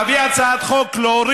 תבוא לכאן ותגיד שתביא הצעת חוק להוריד.